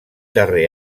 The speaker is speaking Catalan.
darrer